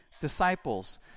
disciples